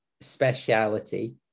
speciality